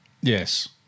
Yes